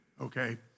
okay